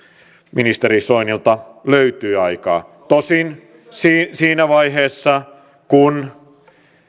ministeri soinilta löytyi aikaa tosin siinä siinä vaiheessa kun